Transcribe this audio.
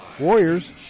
Warriors